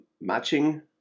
matching